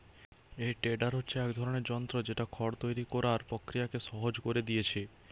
এই টেডার হচ্ছে এক ধরনের যন্ত্র যেটা খড় তৈরি কোরার প্রক্রিয়াকে সহজ কোরে দিয়েছে